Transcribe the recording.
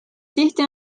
tihti